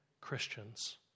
Christians